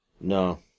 No